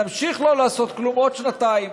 נמשיך לא לעשות כלום עוד שנתיים.